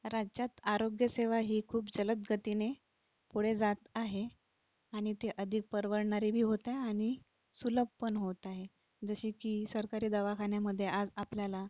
राज्यात आरोग्यसेवा ही खूप जलद गतीने पुढे जात आहे आणि ती अधिक परवडणारी बी होत आहे आणि सुलभ पण होत आहे जशी की सरकारी दवाखान्यामध्ये आज आपल्याला